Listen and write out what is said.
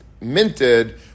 minted